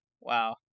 Wow